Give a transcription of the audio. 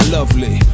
lovely